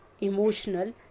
emotional